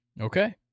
Okay